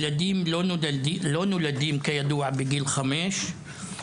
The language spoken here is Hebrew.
ילדים לא נולדים כידוע בגיל חמש,